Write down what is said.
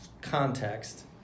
context